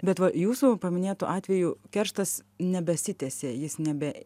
bet va jūsų paminėtu atveju kerštas nebesitęsė jis nebe